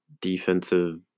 defensive